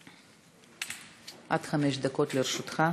עד חמש דקות לרשותך.